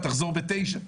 תחזור ב-09:00.